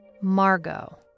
Margot